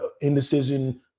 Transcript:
indecision